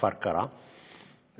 כפר-קרע,